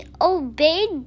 obeyed